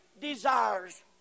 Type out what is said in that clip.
desires